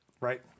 Right